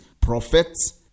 prophets